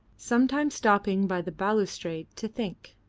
sometimes stopping by the balustrade to think.